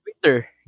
Twitter